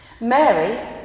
Mary